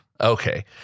Okay